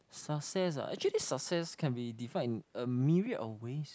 success ah actually success can be divide in a myriad of ways